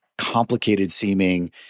complicated-seeming